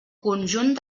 conjunt